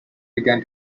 began